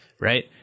right